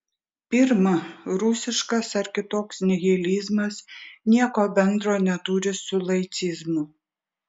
pirma rusiškas ar kitoks nihilizmas nieko bendro neturi su laicizmu